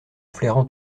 flairant